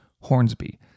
Hornsby